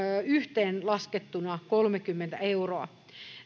yhteenlaskettuna kolmekymmentä euroa